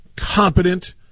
competent